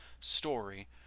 story